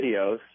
videos